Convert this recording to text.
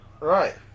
Right